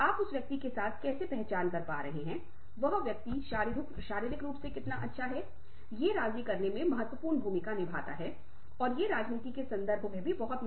आपसी उद्देश्य के लिए सुनो अब यह एक प्रशिक्षण है जो आपके लिए बहुत अच्छा पारस्परिक संचार करना संभव बनाता है